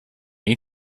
need